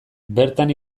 bertan